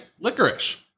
licorice